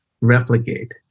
replicate